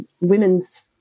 women's